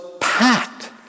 packed